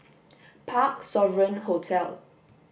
Parc Sovereign Hotel